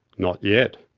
not yet.